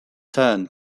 turn